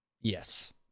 Yes